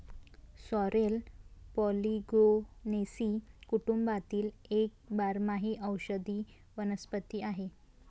sorrel Polygonaceae कुटुंबातील एक बारमाही औषधी वनस्पती आहे